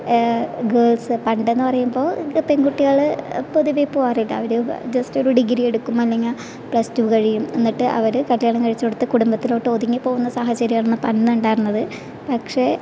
girls പണ്ടെന്നു പറയുമ്പോൾ പെൺകുട്ടികൾ പൊതുവേ പോകാറില്ല അവർ ജസ്റ്റ് ഒരു ഡിഗ്രി എടുക്കും അല്ലെങ്കിൽ പ്ലസ്ടു കഴിയും എന്നിട്ട് അവർ കല്യാണം കഴിപ്പിച്ചു കൊടുത്ത് കുടുംബത്തിലേക്ക് ഒതുങ്ങി സാഹചര്യം ആയിരുന്നു പണ്ട് ഉണ്ടായിരുന്നത് പക്ഷേ